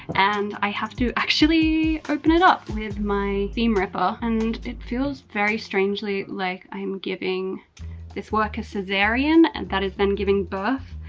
and i have to actually open it up with my seam ripper and it feels very strangely like i'm giving this work a cesarean and that is then giving birth.